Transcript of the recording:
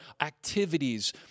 activities